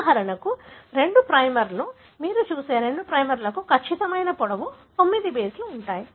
ఉదాహరణకు రెండు ప్రైమర్లు మీరు చూసే రెండు ప్రైమర్లకు ఖచ్చితమైన పొడవు 9 బేస్లు ఉంటాయి